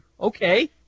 Okay